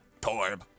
Torb